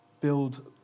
build